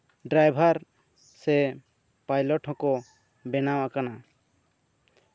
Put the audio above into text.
driver ᱥᱮ pilot ᱦᱚᱸᱠᱚ ᱵᱮᱱᱟᱣ ᱠᱟᱫᱟ